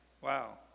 Wow